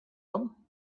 him